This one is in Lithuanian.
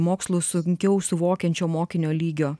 mokslus sunkiau suvokiančio mokinio lygio